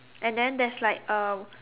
and then there is like a